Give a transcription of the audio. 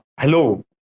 hello